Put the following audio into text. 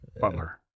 Butler